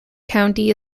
county